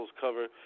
cover